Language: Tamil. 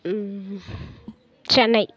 சென்னை